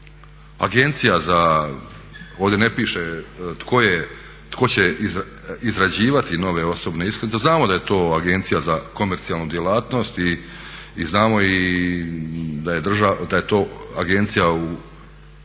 agencija za, ovdje ne piše tko će izrađivati nove osobne iskaznice, znamo da je to Agencija za komercijalnu djelatnost i znamo i da je to agencija u